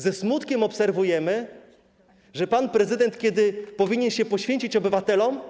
Ze smutkiem obserwujemy, że pan prezydent, kiedy powinien się poświęcić obywatelom,